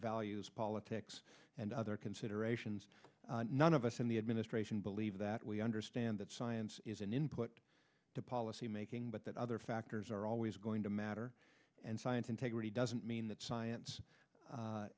values politics and other considerations none of us in the administration believe that we understand that science is an input to policy making but that other factors are always going to matter and science integrity doesn't mean that science